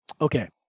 Okay